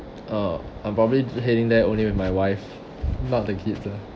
uh I'm probably heading there only with my wife not the kids lah